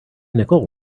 nicole